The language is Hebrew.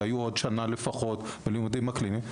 והיו עוד שנה לפחות בלימודים הקליניים,